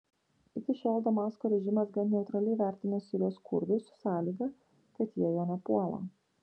iki šiol damasko režimas gan neutraliai vertino sirijos kurdus su sąlyga kad jie jo nepuola